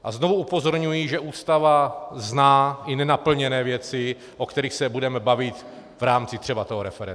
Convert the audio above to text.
A znovu upozorňuji, že Ústava zná i nenaplněné věci, o kterých se budeme bavit v rámci třeba toho referenda.